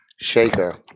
shaker